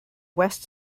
west